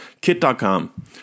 kit.com